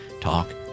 Talk